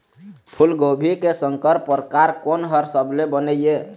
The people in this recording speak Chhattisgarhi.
फूलगोभी के संकर परकार कोन हर सबले बने ये?